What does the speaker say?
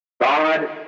God